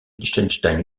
liechtenstein